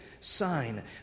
sign